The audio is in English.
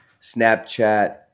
snapchat